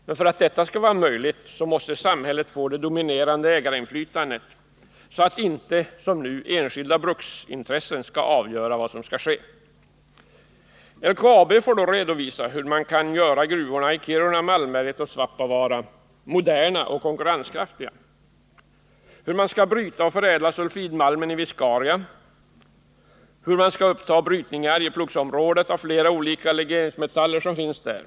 Men för att en förbättring skall vara möjlig måste samhället få det dominerande ägarinflytandet, så att inte som nu enskilda bruksintressen kan avgöra vad som skall ske. LKAB får då redovisa hur man kan göra gruvorna i Kiruna, Malmberget och Svappavaara moderna och konkurrenskraftiga, hur man skall bryta och förädla sulfidmalmen i Viscaria, hur man skall uppta brytning i Arjeplogsområdet av flera olika legeringsmetaller som finns där.